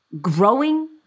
growing